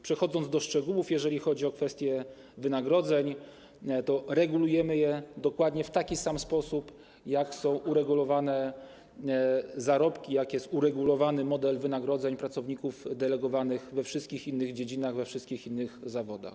Przechodząc do szczegółów, jeżeli chodzi o kwestie wynagrodzeń, to regulujemy je dokładnie w taki sam sposób, w jaki są uregulowane zarobki, w jaki jest uregulowany model wynagrodzeń pracowników delegowanych we wszystkich innych dziedzinach, we wszystkich innych zawodach.